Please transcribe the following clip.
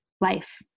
life